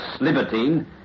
libertine